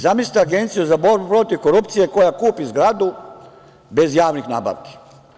Zamislite Agenciju za borbu protiv korupcija koja kupi zgradu bez javnih nabavki.